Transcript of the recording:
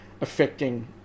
affecting